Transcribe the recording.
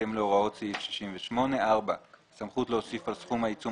בהתאם להוראות סעיף 68. סמכות להוסיף על סכום העיצום